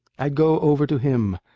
i go over to him.